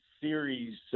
series